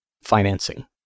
Financing